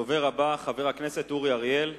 הדובר הבא, חבר הכנסת אורי אריאל,